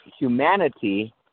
humanity